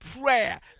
prayer